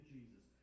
Jesus